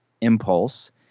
impulse